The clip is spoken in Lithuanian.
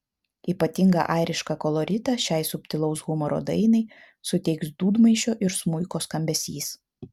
ypatingą airišką koloritą šiai subtilaus humoro dainai suteiks dūdmaišio ir smuiko skambesys